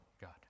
God